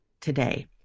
today